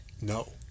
no